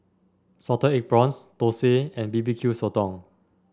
Salted Egg Prawns Thosai and B B Q Sotong